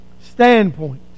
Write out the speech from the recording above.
standpoint